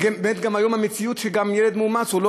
באמת גם היום המציאות היא שילד מאומץ הוא לא